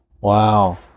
Wow